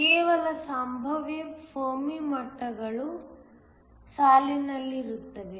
ಕೇವಲ ಸಂಭಾವ್ಯ ಫೆರ್ಮಿ ಮಟ್ಟಗಳು ಸಾಲಿನಲ್ಲಿರುತ್ತವೆ